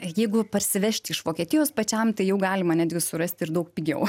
jeigu parsivežti iš vokietijos pačiam tai jau galima netgi surasti ir daug pigiau